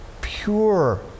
pure